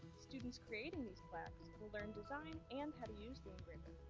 students creating these plaques will learn design and how to use the engraver.